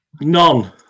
None